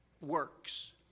works